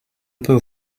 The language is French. peut